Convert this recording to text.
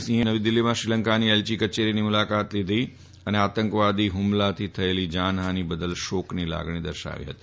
સિંહે નવી દિલ્ફીમાં શ્રીલંકાની એલચી કચેરીની મુલાકાત લીધી અને આતંકવાદી ફ્મલાથી થયેલી જાનફાની બદલ શોકની લાગણી દર્શાવી ફતી